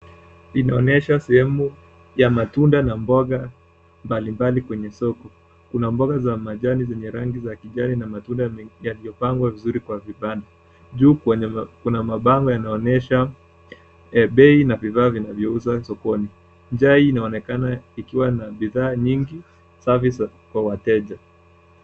Inaonyesha sehemu ya matunda na mboga mbalimbali kwenye soko, kuna mboga za majani zenye rangi za kijani na matunda yaliyopangwa vizuri kwa vibanda. Juu kuna mabango yanaonyesha bei na vifaa vinavyouzwa sokoni, njai inaonekana ikiwa na bidhaa nyingi safi kwa wateja.